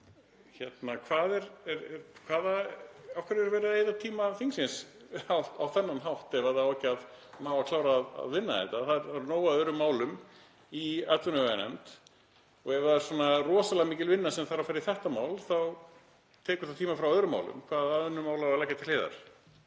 en jafnvel ekki. Af hverju er verið að eyða tíma þingsins á þennan hátt ef það á ekki að ná að klára að vinna málið? Það er nóg af öðrum málum í atvinnuveganefnd og ef það er svona rosalega mikil vinna sem þarf að leggja í þetta mál þá tekur það tíma frá öðrum málum. Hvaða önnur mál á að leggja til hliðar?